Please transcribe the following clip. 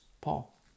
Paul